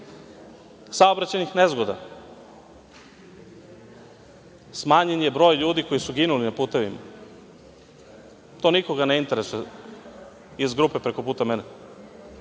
saobraćajnih nezgoda, smanjen je broj ljudi koji su ginuli na putevima. To nikoga ne interesuje iz grupe preko puta mene.